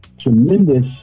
tremendous